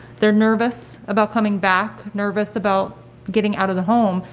they're nervous about coming back, nervous about getting out of the home,